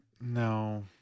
no